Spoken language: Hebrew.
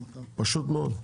פשוט מאוד,